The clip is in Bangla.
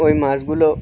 ওই মাছগুলো